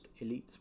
elites